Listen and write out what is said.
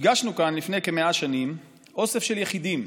נפגשנו כאן לפני כ-100 שנים, אוסף של יחידים.